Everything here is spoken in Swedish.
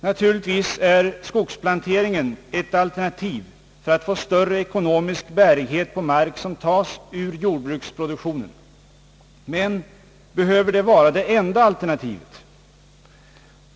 Naturligtvis är skogsplanteringen ett alternativ för att få större ekonomisk bärighet på mark som tas ur jordbruksproduktionen. Men behöver det vara det enda alternativet?